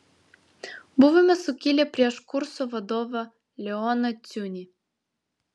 buvome sukilę prieš kurso vadovą leoną ciunį